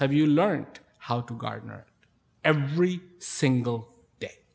have you learnt how gardner every single day